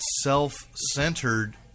self-centered